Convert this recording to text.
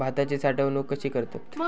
भाताची साठवूनक कशी करतत?